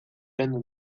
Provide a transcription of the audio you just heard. prenu